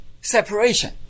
separation